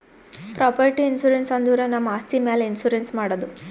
property insurance ಅಂದುರ್ ನಮ್ ಆಸ್ತಿ ಮ್ಯಾಲ್ ಇನ್ಸೂರೆನ್ಸ್ ಮಾಡದು